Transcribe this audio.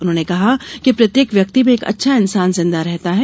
उन्होंने कहा कि प्रत्येक व्यक्ति में एक अच्छा इंसान जिंदा रहता है